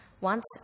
Once